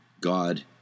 God